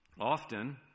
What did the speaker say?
Often